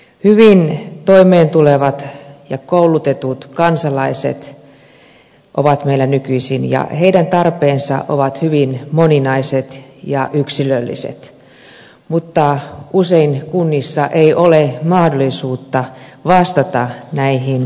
hyvin toimeentulevat ja koulutetut kansalaiset ovat meillä nykyisin ja heidän tarpeensa ovat hyvin moninaiset ja yksilölliset mutta usein kunnissa ei ole mahdollisuutta vastata näihin tarpeisiin